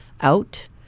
out